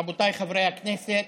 רבותיי חברי הכנסת,